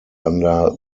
under